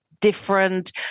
different